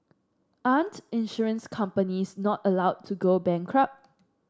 aren't insurance companies not allowed to go bankrupt